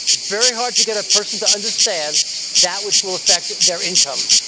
it's very hard to get a person to understand that which will affect their income.